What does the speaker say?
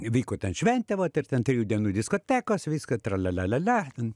vyko ten šventė vat ir ten trijų dienų diskotekos viską tra lia lia lia lia ten